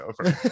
over